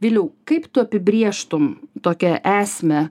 viliau kaip tu apibrėžtum tokią esmę